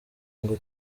ngo